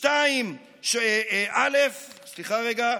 סעיף 2(א)(3)